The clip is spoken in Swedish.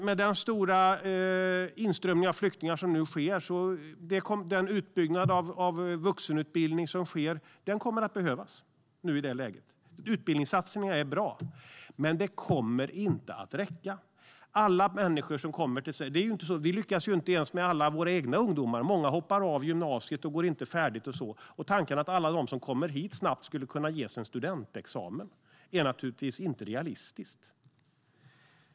Med den stora inströmning av flyktingar som nu sker kommer den utbyggnad av vuxenutbildning som sker att behövas. Utbildningssatsningar är bra, men det kommer inte att räcka. Vi lyckas ju inte ens med alla våra egna ungdomar. Många går inte färdigt utan hoppar av gymnasiet. Tanken att alla de som kommer hit snabbt skulle kunna ges en studentexamen är naturligtvis inte realistisk.